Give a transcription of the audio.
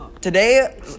Today